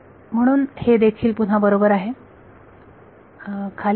म्हणून हे देखील पुन्हा बरोबर आहे खाली